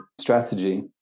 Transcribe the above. strategy